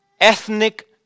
ethnic